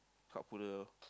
crowd puller